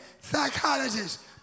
psychologists